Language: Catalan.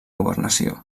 governació